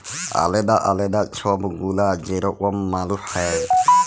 আলেদা আলেদা ছব গুলা যে রকম মালুস হ্যয়